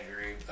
agree